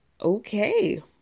okay